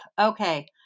Okay